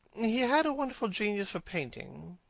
he had a wonderful genius for painting.